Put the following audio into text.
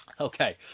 Okay